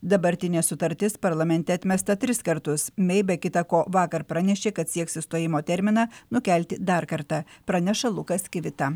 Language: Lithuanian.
dabartinė sutartis parlamente atmesta tris kartus mei be kita ko vakar pranešė kad sieks išstojimo terminą nukelti dar kartą praneša lukas kivita